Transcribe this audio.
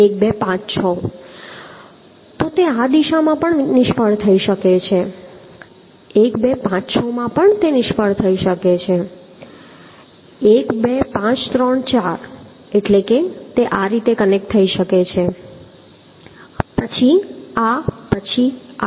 તો આ દિશામાં પણ તે નિષ્ફળ થઈ શકે છે 1 2 5 6 પણ તે નિષ્ફળ થઈ શકે છે 1 2 5 3 4 એટલે કે તે આ રીતે કનેક્ટ થઈ શકે છે પછી આ પછી આ